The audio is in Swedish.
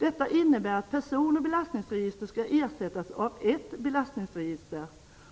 Detta innebär att person och belastningsregister skall ersättas av ett belastningsregister